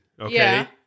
Okay